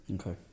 Okay